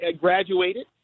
graduated